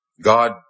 God